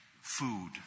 Food